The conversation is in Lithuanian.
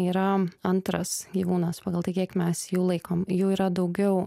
yra antras gyvūnas pagal tai kiek mes jų laikom jų yra daugiau